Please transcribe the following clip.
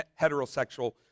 heterosexual